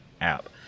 app